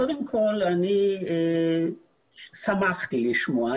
קודם כל, אני שמחתי לשמוע.